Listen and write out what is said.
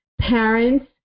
parents